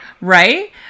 Right